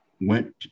went